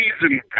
season